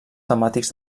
temàtics